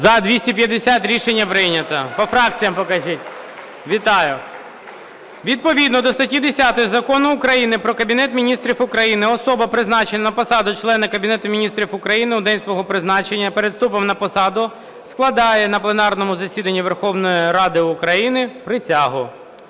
За-250 Рішення прийнято. По фракціях покажіть. Вітаю! Відповідно до статті 10 Закону України "Про Кабінет Міністрів України" особа, призначена на посаду члена Кабінету Міністрів України, у день свого призначення перед вступом на посаду складає на пленарному засіданні Верховної Ради України присягу.